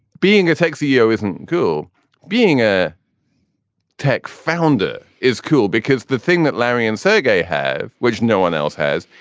being a tech ceo, isn't google being a tech founder is cool because the thing that larry and sergei have, which no one else has,